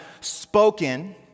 spoken